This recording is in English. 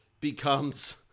becomes